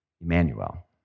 Emmanuel